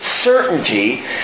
certainty